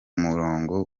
murongo